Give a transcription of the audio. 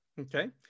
Okay